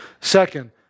Second